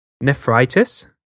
Nephritis